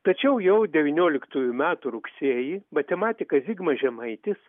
tačiau jau devynioliktųjų metų rugsėjį matematikas zigmas žemaitis